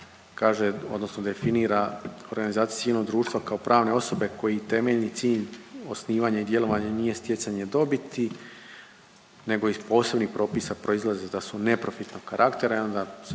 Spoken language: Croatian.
kaže odnosno definira organizacije civilnog društva kao pravne osobe koji temeljni cilj osnivanje i djelovanje nije stjecanje dobiti nego iz posebnih propisa proizlaze da su neprofitnog karaktera i onda se